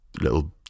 little